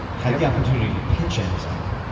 had the opportunity to pitch amazon